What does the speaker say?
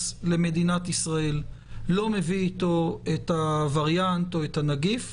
למדינת ישראל לא מביא איתו את הוריאנט או את הנגיף,